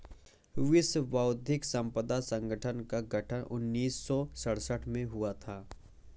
विश्व बौद्धिक संपदा संगठन का गठन उन्नीस सौ सड़सठ में हुआ था